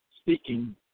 speaking